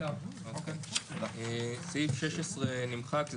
סעיף 16 נמחק,